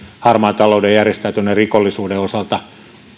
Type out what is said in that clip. harmaan talouden ja järjestäytyneen rikollisuuden osalta